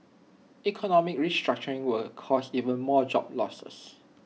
economic restructuring will cause even more job losses